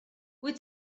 wyt